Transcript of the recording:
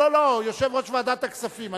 לא לא, יושב-ראש ועדת הכספים.